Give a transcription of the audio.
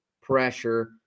pressure